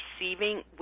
receiving